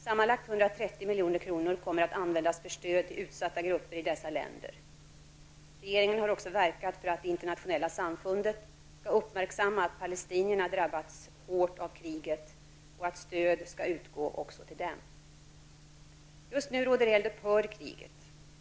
Sammanlagt 130 milj.kr. kommer att användas för stöd till utsatta grupper i dessa länder. Regeringen har också verkat för att det internationella samfundet skall uppmärksamma att palestinierna drabbats hårt av kriget och att stöd skall utgå också till dem. Just nu råder eld upphör i kriget.